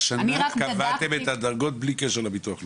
השנה קבעתם את הדרגות בלי קשר לביטוח לאומי.